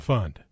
Fund